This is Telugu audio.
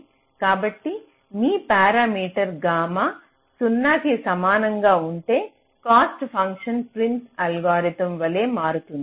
కాబట్టి మీ పారామీటర్ గామా 0 కి సమానంగా ఉంటే కాస్ట్ ఫంక్షన్ ప్రిమ్స్ అల్గోరిథం వలె మారుతుంది